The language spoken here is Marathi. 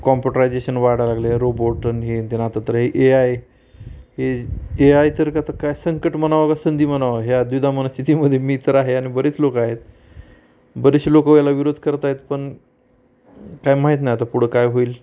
कॉम्पुटरायजेशन वाढायला लागले आहे रोबोट न हेन तेन आता तर हे ए आय हे ए आय तर का आता काय संकट म्हणावं का संधी म्हणावं ह्या द्विधा मनास्थितीमध्ये मी तर आहे आणि बरीच लोक आहेत बरीचशी लोक याला विरोध करत आहेत पण काय माहीत नाही आता पुढं काय होईल